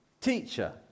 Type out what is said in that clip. Teacher